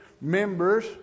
members